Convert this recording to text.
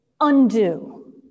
undo